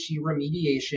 remediation